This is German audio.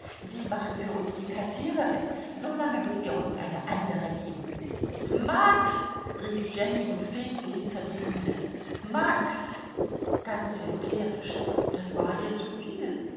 sie machen für uns die kassiererin solange bis wir uns eine andere nehmen max rief jenny und fegte hinter die bühne max ganz hysterisch das war ihr zuviel